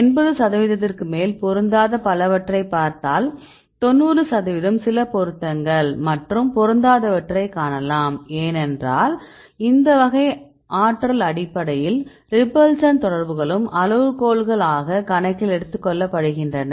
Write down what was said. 80 சதவிகிதத்திற்கு மேல் பொருந்தாத பலவற்றை பார்த்தால் 90 சதவிகிதம் சில பொருத்தங்கள் மற்றும் பொருந்தாதவற்றை காணலாம் ஏனென்றால் இந்த வகை ஆற்றல் அடிப்படையில் ரிப்பல்சன் தொடர்புகளும் அளவுகோல்கள் ஆக கணக்கில் எடுத்துக்கொள்ளப்படுகின்றன